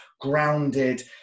grounded